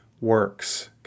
works